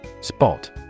Spot